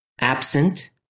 absent